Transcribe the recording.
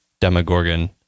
Demogorgon